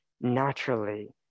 naturally